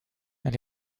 elle